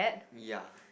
ya